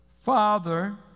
Father